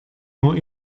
nur